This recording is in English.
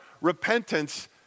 repentance